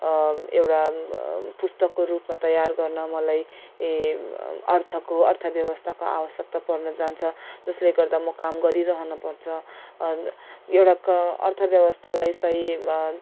एउटा पुस्तकको रूपमा तयार गर्न मलाई ए अर्थको अर्थव्यवस्थाको आवश्यकता पर्न जान्छ जसले गर्दा म काम गरिरहन पर्छ एउटा क अर्थव्यवस्थालाई सही